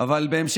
הסברתי למה